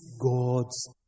God's